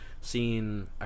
seeing